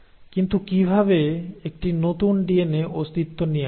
কিন্তু কিভাবে একটি নতুন ডিএনএ অস্তিত্ব নিয়ে আসে